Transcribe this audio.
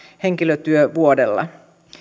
henkilötyövuodella